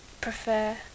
prefer